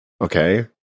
Okay